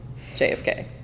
JFK